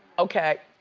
okay.